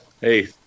Hey